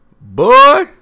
Boy